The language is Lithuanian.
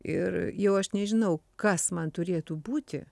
ir jau aš nežinau kas man turėtų būti